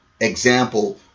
example